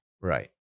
right